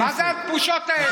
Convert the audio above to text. מה זה הבושות האלה?